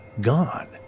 Gone